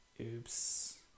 oops